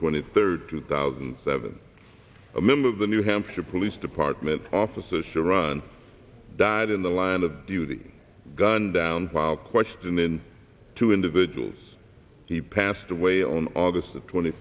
twenty third two thousand and seven a member of the new hampshire police department officers to run died in the line of duty gunned down by a question in two individuals he passed away on august twenty